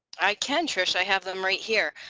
i can trish. i have them right here.